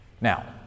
Now